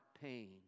pain